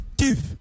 chief